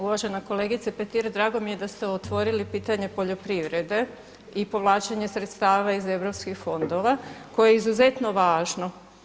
Uvažena kolegice Petir, drago mi je da ste otvorili pitanje poljoprivrede i povlačenje sredstava iz europskih fondova koje je izuzetno važno.